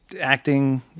acting